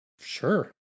Sure